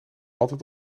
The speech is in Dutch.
altijd